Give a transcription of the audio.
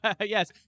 Yes